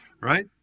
Right